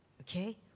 okay